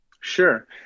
Sure